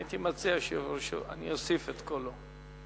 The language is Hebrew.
אני מבקש להוסיף את קולי.